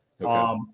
Okay